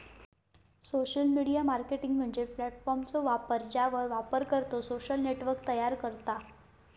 social media marketing म्हणजे प्लॅटफॉर्मचो वापर ज्यावर वापरकर्तो सोशल नेटवर्क तयार करता